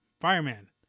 Fireman